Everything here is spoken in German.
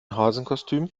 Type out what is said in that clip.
hasenkostüm